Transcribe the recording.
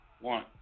One